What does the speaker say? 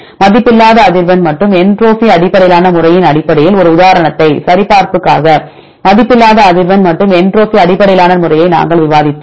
மதிப்பில்லாத அதிர்வெண் மற்றும் என்ட்ரோபி அடிப்படையிலான முறையின் அடிப்படையில் ஒரு உதாரணத்தை சரிபார்ப்புக்காக மதிப்பில்லாத அதிர்வெண் மற்றும் என்ட்ரோபிக் அடிப்படையிலான முறையை நாங்கள் விவாதிக்கிறோம்